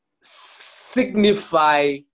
signify